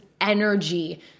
energy